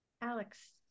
Alex